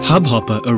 Hubhopper